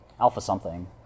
Alpha-something